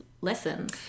lessons